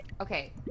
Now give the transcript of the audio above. Okay